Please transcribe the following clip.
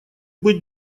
быть